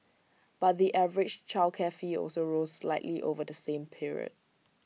but the average childcare fee also rose slightly over the same period